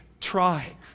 try